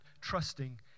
trusting